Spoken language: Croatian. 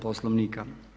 Poslovnika.